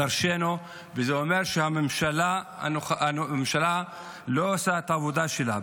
דרשנו, וזה אומר: הממשלה לא עושה את העבודה שלה.